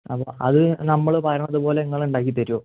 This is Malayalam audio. അതു നമ്മൾ പറയണതുപോലെ നിങ്ങൾ ഉണ്ടാക്കി തരുമോ